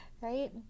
right